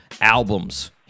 albums